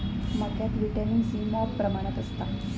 मक्यात vitamin C मॉप प्रमाणात असता